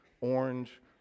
orange